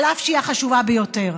אף שהיא החשובה ביותר,